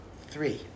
Three